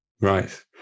Right